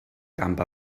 camp